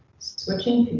switching.